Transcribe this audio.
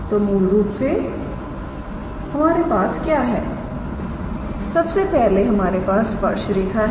तो मूल रूप से हमारे पास क्या है सबसे पहले हमारे पास स्पर्श रेखा है